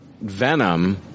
Venom